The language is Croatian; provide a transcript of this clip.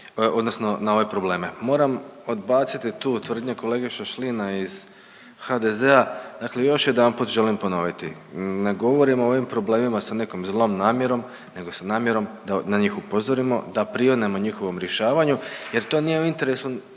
odnosno na ove problem. Moram odbaciti tu tvrdnje kolege Šašlina iz HDZ-a. Dakle, još jedanput želim ponoviti. Ne govorim o ovim problemima sa nekom zlom namjerom, nego sa namjerom da na njih upozorimo, da prionemo njihovom rješavanju jer to nije u interesu,